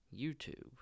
YouTube